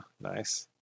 Nice